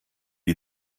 die